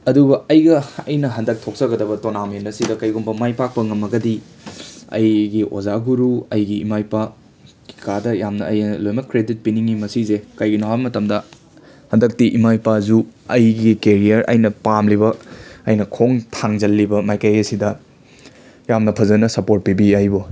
ꯑꯗꯨꯒ ꯑꯩꯒ ꯑꯩꯅ ꯍꯟꯗꯛ ꯊꯣꯛꯆꯒꯗꯕ ꯇꯣꯔꯅꯃꯦꯟ ꯑꯁꯤꯗ ꯀꯩꯒꯨꯝꯕ ꯃꯥꯏ ꯄꯥꯛꯄ ꯉꯝꯃꯒꯗꯤ ꯑꯩꯒꯤ ꯑꯣꯖꯥ ꯒꯨꯔꯨ ꯑꯩꯒꯤ ꯏꯃꯥ ꯏꯄꯥ ꯀꯩꯀꯥꯗ ꯌꯥꯝꯅ ꯑꯩ ꯂꯣꯏꯃꯛ ꯀ꯭ꯔꯤꯗꯤꯠ ꯄꯤꯅꯤꯡꯏ ꯃꯁꯤꯖꯦ ꯀꯩꯒꯤꯅꯣ ꯍꯥꯏꯕ ꯃꯇꯝꯗ ꯍꯟꯗꯛꯇꯤ ꯏꯃꯥ ꯏꯄꯥꯖꯨ ꯑꯩꯒꯤ ꯀꯦꯔꯤꯌꯔ ꯑꯩꯅ ꯄꯥꯝꯂꯤꯕ ꯑꯩꯅ ꯈꯣꯡ ꯊꯥꯡꯖꯜꯂꯤꯕ ꯃꯥꯏꯀꯩ ꯑꯁꯤꯗ ꯌꯥꯝꯅ ꯐꯖꯅ ꯁꯞꯄꯣꯔꯠ ꯄꯤꯕꯤꯌꯦ ꯑꯩꯕꯨ